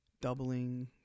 doubling